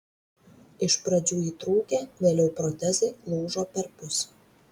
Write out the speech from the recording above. iš pradžių įtrūkę vėliau protezai lūžo perpus